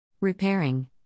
repairing